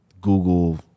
Google